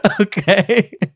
Okay